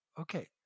okay